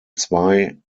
zwei